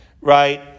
right